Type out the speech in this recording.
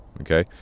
okay